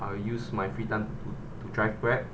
I'll use my free time to to drive grab